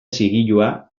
zigilua